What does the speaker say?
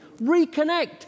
reconnect